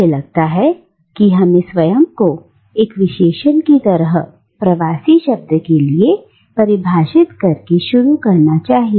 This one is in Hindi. मुझे लगता है कि हमें स्वयं को एक विशेषण की तरह प्रवासी शब्द के लिए परिभाषित करके शुरू करना चाहिए